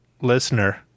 listener